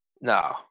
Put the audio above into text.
No